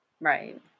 Right